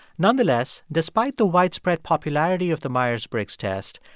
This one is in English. nonetheless, despite the widespread popularity of the myers-briggs test,